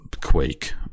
quake